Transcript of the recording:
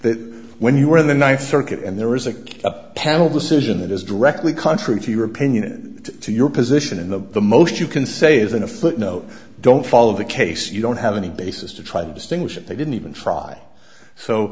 submit when you were in the ninth circuit and there is a good panel decision that is directly contrary to your opinion to your position in the the most you can say is in a footnote don't follow the case you don't have any basis to try to distinguish it they didn't even try so